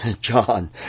john